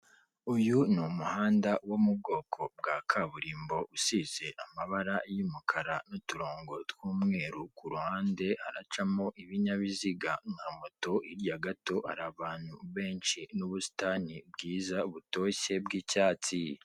Uyu ni umuhanda wo mu bwoko bwa kaburimbo, usize amabara y'umukara n'uturongo tw'umweru, kuruhande haracamo ibinyabiziga nka moto, hirya gato hari abantu benshi n'ubusitani bwiza butoshye bw'icyatsi.